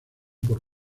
por